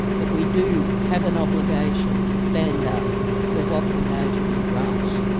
that we do have an obligation to stand up for what we know to be right,